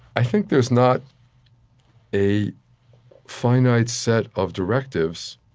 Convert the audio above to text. i think there's not a finite set of directives,